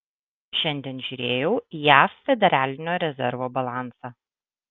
šiandien žiūrėjau jav federalinio rezervo balansą